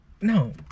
no